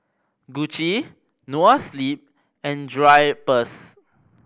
Gucci Noa Sleep and Drypers